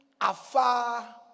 afar